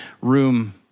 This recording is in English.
room